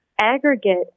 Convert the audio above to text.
Aggregate